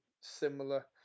similar